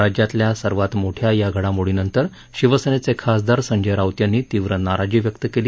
राज्यातल्या सर्वात मोठ्या या घडामोडीनंतर शिवसेनेचे खासदार संजय राऊत यांनी तीव्र नाराजी व्यक्त केली